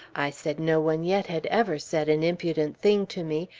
i said no one yet had ever said an impudent thing to me,